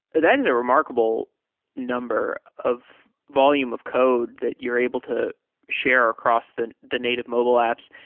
that is a remarkable number of volume of code that you're able to share across the the native mobile apps.